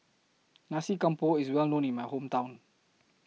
Nasi Campur IS Well known in My Hometown